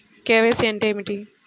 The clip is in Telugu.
కే.వై.సి అంటే ఏమిటి?